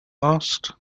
asked